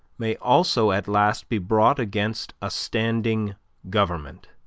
may also at last be brought against a standing government.